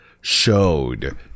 showed